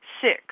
Six